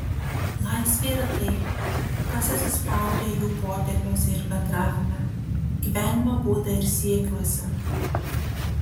laisvė yra tai kas atsispaudę jų potėpiuose ir bendravime gyvenimo būde ir siekiuose